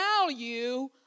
value